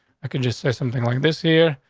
i could just say something like this year.